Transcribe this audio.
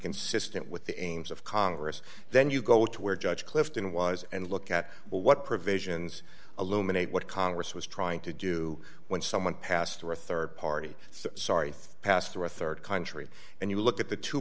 consistent with the aims of congress then you go to where judge clifton was and look at what provisions illuminates what congress was trying to do when someone passed or a rd party sorry passed through a rd country and you look at the two